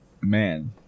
Man